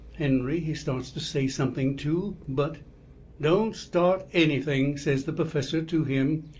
henry, he starts to say something too. but don't start anything, says the perfessor to him.